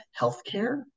healthcare